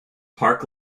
park